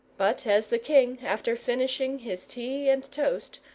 but as the king, after finishing his tea and toast,